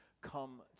come